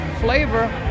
flavor